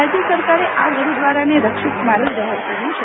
રાજય સરકારે આ ગરૂદવારાન રક્ષિત સ્મારક જાહેર કર્યું છે